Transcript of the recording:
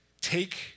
take